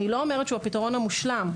אני לא אומרת שהוא הפתרון המושלם,